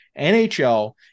NHL